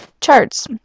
charts